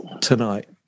tonight